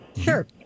Sure